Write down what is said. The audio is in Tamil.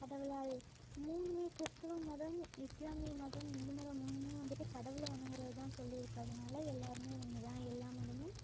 கடவுளால் மூணுமே கிறிஸ்துவ மதம் இஸ்லாமிய மதம் ஹிந்து மதம் மூணுமே வந்துவிட்டு கடவுளை வணங்குறது தான் சொல்லிருக்கு அதனால எல்லாருமே ஒன்று தான் எல்லா மதமும்